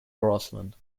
grassland